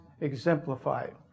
exemplified